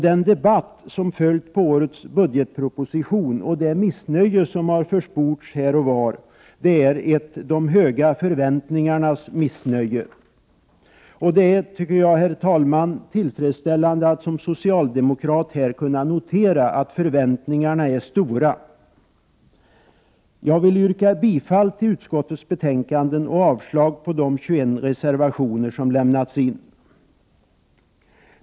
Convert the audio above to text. Den debatt som följt på årets budgetproposition och det missnöje som försports här och var är ett ”de höga förväntningarnas missnöje”. Och det är, herr talman, tillfredsställande att som socialdemokrat här kunna notera att förväntningarna är stora. Jag vill yrka bifall till utskottets hemställan och avslag på de 21 reservationer som lämnats.